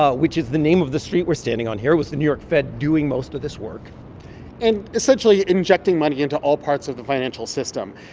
ah which is the name of the street we're standing on here, with the new york fed doing most of this work and essentially injecting money into all parts of the financial system.